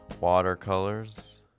watercolors